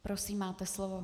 Prosím, máte slovo.